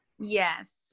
Yes